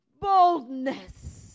Boldness